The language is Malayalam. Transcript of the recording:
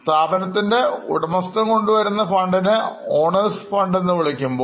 സ്ഥാപനത്തിൻറെ ഉടമസ്തൻ കൊണ്ടുവന്ന ഫണ്ടിന് Owners Funds എന്നാണ് വിളിക്കുന്നത്